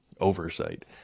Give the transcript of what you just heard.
Oversight